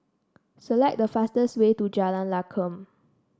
select the fastest way to Jalan Lakum